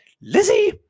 Lizzie